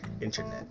internet